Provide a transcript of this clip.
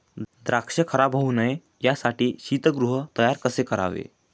द्राक्ष खराब होऊ नये यासाठी शीतगृह तयार कसे करावे?